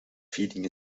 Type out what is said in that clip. feeding